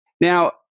Now